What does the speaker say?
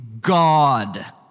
God